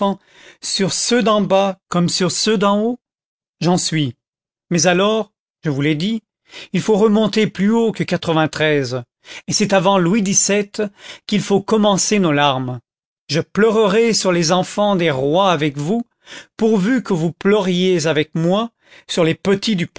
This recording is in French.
sur ceux d'en bas comme sur ceux d'en haut j'en suis mais alors je vous l'ai dit il faut remonter plus haut que et c'est avant louis xvii qu'il faut commencer nos larmes je pleurerai sur les enfants des rois avec vous pourvu que vous pleuriez avec moi sur les petits